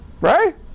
right